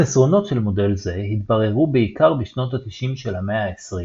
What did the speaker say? החסרונות של מודל זה התבררו בעיקר בשנות ה-90 של המאה העשרים